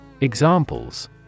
Examples